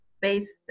based